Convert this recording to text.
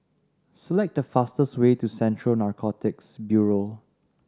select the fastest way to Central Narcotics Bureau